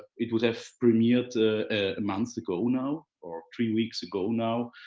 it would have premiered months ago now, or three weeks ago now.